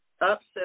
upset